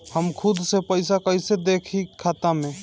हम खुद से पइसा कईसे देखी खाता में?